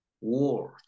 world